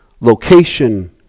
location